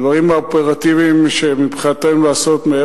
הדברים האופרטיביים שמבחינתנו צריך לעשות,